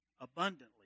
abundantly